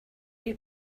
you